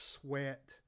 sweat